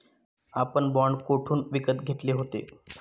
आपण बाँड कोठून विकत घेतले होते?